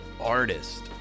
artist